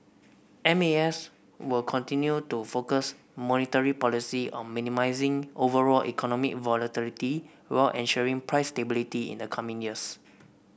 M A S will continue to focus monetary policy on minimising overall economic volatility while ensuring price stability in the coming years